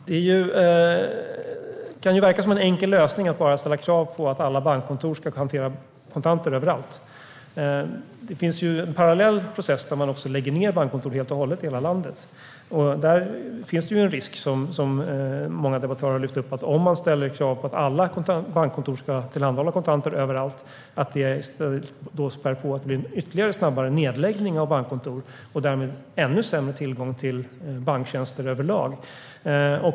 Det kan verka som en enkel lösning att ställa krav på att alla bankkontor ska hantera kontanter överallt. Det finns dock en parallell process där man lägger ned bankkontor i hela landet. Som många debattörer har lyft upp finns det en risk att ett krav på att alla bankkontor ska tillhandahålla kontanter överallt kan öka takten på nedläggningen av bankkontor och därmed ge ännu sämre tillgång till banktjänster överlag.